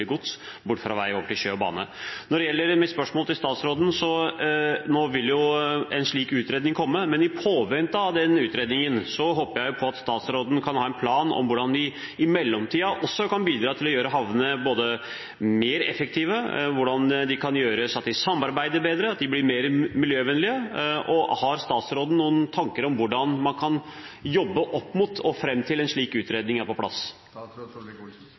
gods bort fra vei og over til sjø og bane. Når det gjelder mitt spørsmål til statsråden, så vil en slik utredning komme, men i påvente av den utredningen håper jeg på at statsråden kan ha en plan for hvordan vi i mellomtiden også kan bidra til å gjøre havnene mer effektive, hva som kan gjøres for at de samarbeider bedre, at de blir mer miljøvennlige. Har statsråden noen tanker om hvordan man kan jobbe opp mot dette og fram til en slik utredning er på plass?